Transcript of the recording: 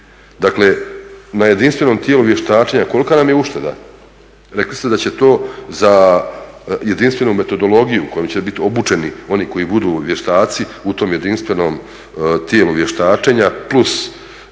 dakle na Jedinstvenom tijelu vještačenja kolika nam je ušteda. Rekli ste da će to za jedinstvenu metodologiju kojom će bit obučeni oni koji budu vještaci u tom Jedinstvenom tijelu vještačenja plus